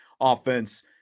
offense